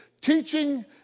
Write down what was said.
teaching